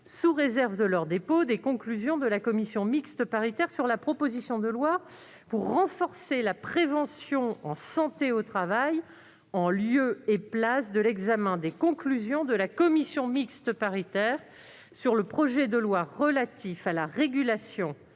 sous réserve de leur dépôt, des conclusions de la commission mixte paritaire sur la proposition de loi pour renforcer la prévention en santé au travail, en lieu et place de l'examen des conclusions de la commission mixte paritaire sur le projet de loi relatif à la régulation